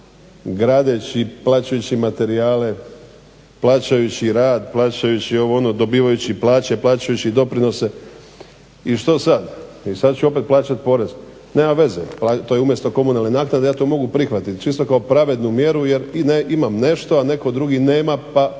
gradeći plaćajući materijale, plaćajući rad, plaćajući ovo, ono, dobivajući plaće, plaćajući doprinose. I što sad? I sad ću opet plaćati porez. Nema veze. To je umjesto komunalne naknade. Ja to mogu prihvatiti čisto kao pravednu mjeru, jer imam nešto a netko drugi nema, pa